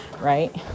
right